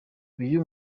uyu